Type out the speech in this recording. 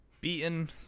beaten